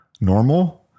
normal